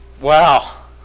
wow